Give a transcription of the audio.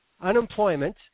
unemployment